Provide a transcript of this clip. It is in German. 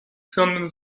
sondern